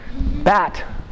bat